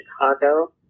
Chicago